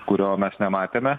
kurio mes nematėme